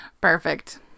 Perfect